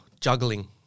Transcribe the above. juggling